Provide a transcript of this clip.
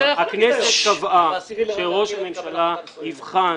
הכנסת קבעה שראש הממשלה יבחן,